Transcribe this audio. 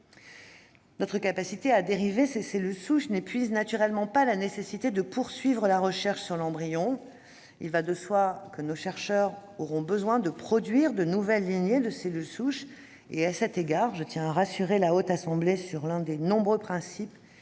Notre capacité à dériver ces cellules souches n'épuise naturellement pas la nécessité de poursuivre la recherche sur l'embryon : il va de soi que nos chercheurs auront besoin de produire de nouvelles lignées de cellules souches. À cet égard, je tiens à rassurer la Haute Assemblée sur l'un des nombreux principes